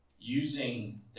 using